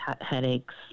headaches